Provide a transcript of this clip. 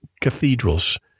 cathedrals